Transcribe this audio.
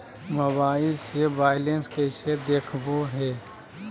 Mobile से balance कैसे देखाबो है?